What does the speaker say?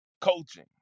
coaching